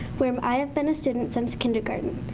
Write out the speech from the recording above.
where um i have been a student since kindergarten.